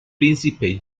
príncipe